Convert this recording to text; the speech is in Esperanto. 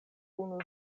unu